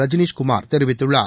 ரஜினிஷ் குமார் தெரிவித்துள்ளார்